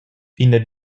ina